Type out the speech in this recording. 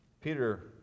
Peter